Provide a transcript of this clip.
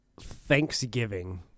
Thanksgiving